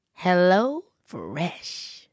HelloFresh